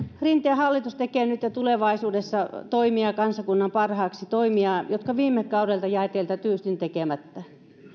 rinteen hallitus tekee nyt ja tulevaisuudessa toimia kansakunnan parhaaksi toimia jotka viime kaudelta jäivät teiltä tyystin tekemättä